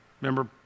Remember